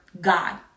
God